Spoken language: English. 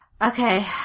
Okay